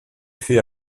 fait